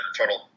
total